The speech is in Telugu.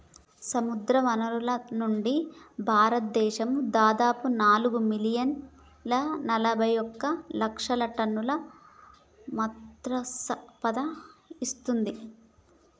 సముద్రవనరుల నుండి, భారతదేశం దాదాపు నాలుగు మిలియన్ల నలబైఒక లక్షల టన్నుల మత్ససంపద ఇస్తుంది